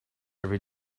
every